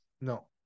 No